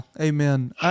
amen